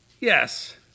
Yes